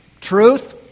Truth